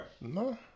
No